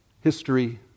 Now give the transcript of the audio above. history